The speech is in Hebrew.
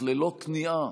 אך ללא כניעה,